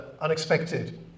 unexpected